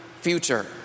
future